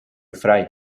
fray